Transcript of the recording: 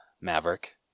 Maverick